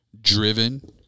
driven